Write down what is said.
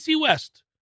West